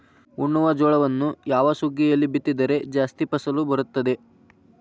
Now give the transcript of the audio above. ಉಣ್ಣುವ ಜೋಳವನ್ನು ಯಾವ ಸುಗ್ಗಿಯಲ್ಲಿ ಬಿತ್ತಿದರೆ ಜಾಸ್ತಿ ಫಸಲು ಬರುತ್ತದೆ?